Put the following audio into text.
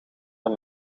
dan